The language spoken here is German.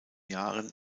jahren